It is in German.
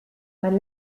man